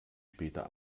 später